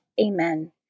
Amen